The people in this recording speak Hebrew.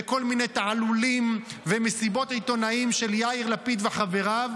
בכל מיני תעלולים ומסיבות עיתונאים של יאיר לפיד וחבריו,